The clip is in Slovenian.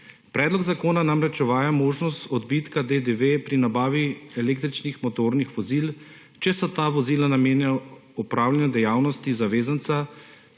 Predlog zakona namreč uvaja možnost odbitka DDV pri nabavi električnih motornih vozil, če so ta vozila namenjena opravljanju dejavnosti zavezanca